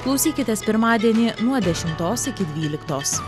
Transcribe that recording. klausykitės pirmadienį nuo dešimtos iki dvyliktos